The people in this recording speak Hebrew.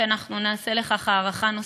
שאנחנו נעשה לכך הארכה נוספת,